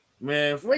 Man